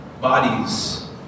bodies